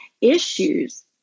issues